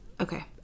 Okay